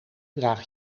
draag